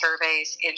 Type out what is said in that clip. surveys